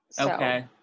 Okay